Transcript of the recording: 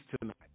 tonight